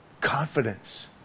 confidence